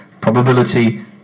Probability